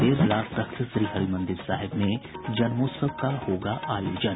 देर रात तख्त श्रीहरमंदिर साहिब में जन्मोत्सव का होगा आयोजन